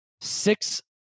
six